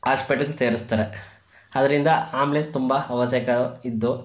ಹಾಸ್ಪೆಟ್ಲಿಗ್ ಸೇರಿಸ್ತಾರೆ ಆದ್ದರಿಂದ ಆಂಬುಲೆನ್ಸ್ ತುಂಬ ಅವಶ್ಯಕ ಇದ್ದು